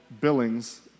Billings